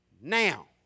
now